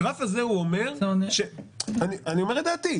הגרף הזה אומר אני אומר את דעתי.